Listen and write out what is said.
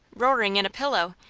roaring in a pillow,